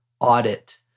audit